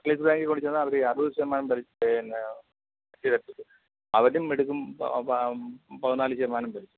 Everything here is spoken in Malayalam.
സ്റ്റേറ്റ് ബേങ്കിൽ കൊണ്ട് ചെന്നാൽ അവർ അറുപത് ശതമാനം പിന്നെ അവരും എടുക്കും പതിനാല് ശതമാനം പലിശ